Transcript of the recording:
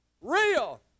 real